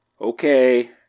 Okay